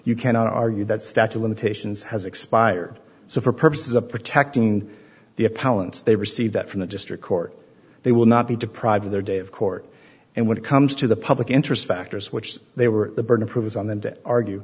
you can argue that statue of limitations has expired so for purposes of protecting the appellant's they receive that from the district court they will not be deprived of their day of court and when it comes to the public interest factors which they were the burden of proof is on them to argue